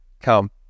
come